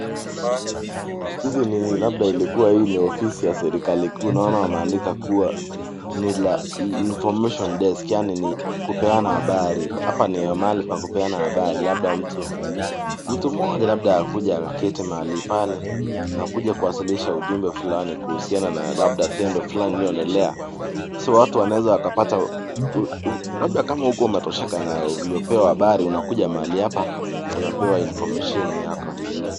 Hizi ni labda ilikuwa hii ni ofisi ya serikali kuu, naona wameandika kuwa ni la information desk , yaani ni kupeana habari. Hapa ni mahali pa kupeana habari. Labda mtu, mtu mmoja labda akuje akaketi mahali pale na kuja kuwasilisha ujumbe fulani kuhusiana na labda tendo fulani lilioendelea. So[/cs], watu wanaweza wakapata, labda kama huko umetoshoka na ulivyopewa habari, unakuja mahali hapa unapewa informesheni yako vizuri.